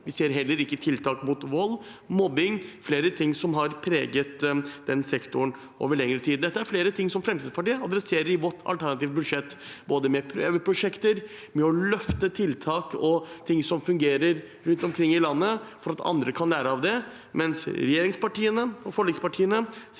Vi ser heller ikke tiltak mot vold og mobbing – flere ting som har preget sektoren over lengre tid. Dette er saker som vi i Fremskrittspartiet tar tak i i vårt alternative budsjett, både med prøveprosjekter, med å løfte tiltak og ting som fungerer rundt omkring i landet, for at andre kan lære av det. Men regjeringspartiene og forlikspartiet